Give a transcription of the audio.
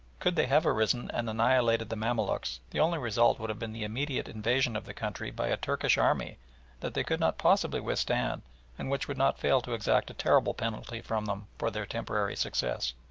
could they have risen and annihilated the mamaluks the only result would have been the immediate invasion of the country by a turkish army that they could not possibly withstand and which would not fail to exact a terrible penalty from them for their temporary success.